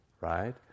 Right